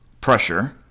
pressure